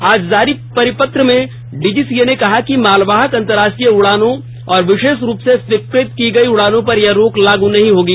आज जारी परिपत्र में डीजीसीए ने कहा कि मालवाहक अंतर्राष्ट्री य उडानों और विशेष रूप से स्वीककृत की गई उडानों पर यह रोक लागू नहीं होगी